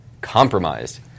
compromised